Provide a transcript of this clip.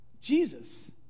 Jesus